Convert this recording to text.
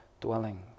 dwelling